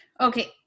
Okay